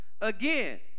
Again